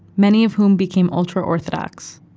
many of whom became ultra orthodox.